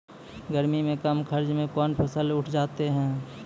गर्मी मे कम खर्च मे कौन फसल उठ जाते हैं?